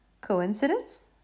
Coincidence